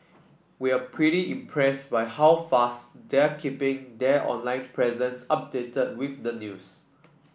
we're pretty impressed by how fast they're keeping their online presence updated with the news